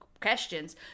Questions